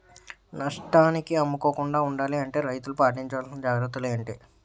నష్టానికి అమ్ముకోకుండా ఉండాలి అంటే రైతులు పాటించవలిసిన జాగ్రత్తలు ఏంటి